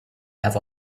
have